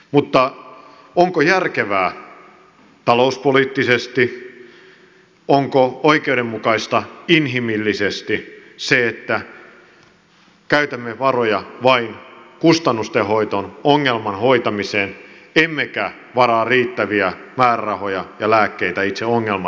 mutta onko järkevää talouspoliittisesti onko oikeudenmukaista inhimillisesti se että käytämme varoja vain kustannusten hoitoon ongelman hoitamiseen emmekä varaa riittäviä määrärahoja ja lääkkeitä itse ongelman ratkaisemiseen